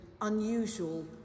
unusual